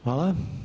Hvala.